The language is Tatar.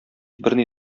берни